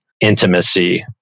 Intimacy